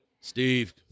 steve